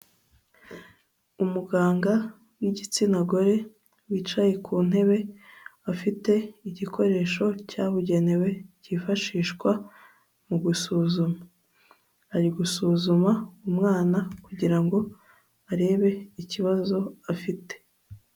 Umuganga w'igitsina gore wicaye ku ntebe, afite igikoresho cyabugenewe cyifashishwa mu gusuzuma, ari gusuzuma umwana kugira ngo arebe ikibazo afite.